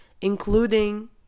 including